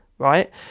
Right